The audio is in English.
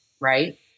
right